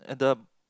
at the